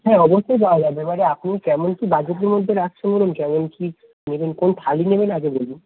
হ্যাঁ অবশ্যই পাওয়া যাবে এবারে আপনি কেমন কী বাজটের মধ্যে রাখছেন বলুন কেমন কী নেবেন কোন থালি নেবেন আগে বলুন